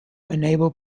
enable